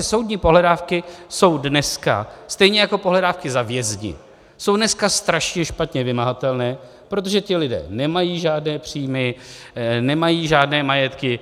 Soudní pohledávky jsou prostě dneska, stejně jako pohledávky za vězni, strašně špatně vymahatelné, protože ti lidé nemají žádné příjmy, nemají žádné majetky.